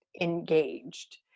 engaged